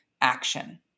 action